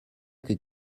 que